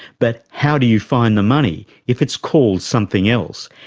but how do you find the money if it's called something else,